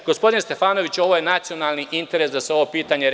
Gospodine Stefanoviću, ovo je nacionalni interes da se ovo pitanje reši.